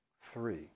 three